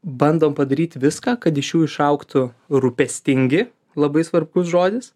bandom padaryt viską kad iš jų išaugtų rūpestingi labai svarbus žodis